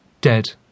dead